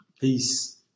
Peace